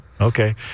Okay